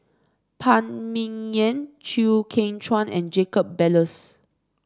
Phan Ming Yen Chew Kheng Chuan and Jacob Ballas